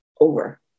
over